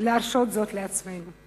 להרשות זאת לעצמנו.